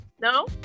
No